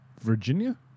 Virginia